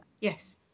yes